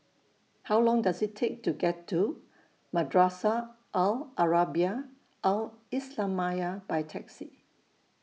How Long Does IT Take to get to Madrasah Al Arabiah Al Islamiah By Taxi